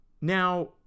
now